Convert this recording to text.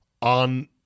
on